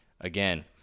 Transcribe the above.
again